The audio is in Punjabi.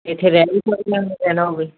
ਇੱਥੇ ਰਹਿ ਵੀ ਸਕਦੇ ਹਾਂ ਜੇ ਰਹਿਣਾ ਹੋਵੇ